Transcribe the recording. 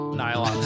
nylon